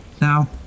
Now